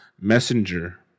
Messenger